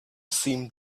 seemed